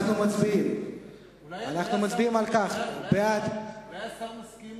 אנחנו מצביעים על כך שבעד, אולי השר מסכים